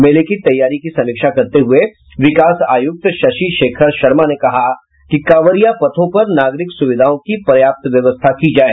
मेले की तैयारी की समीक्षा करते हुए विकास आयुक्त शशि शेखर शर्मा ने कहा कि कांवरिया पथों पर नागरिक सुविधाओं की पर्याप्त व्यवस्था की जाए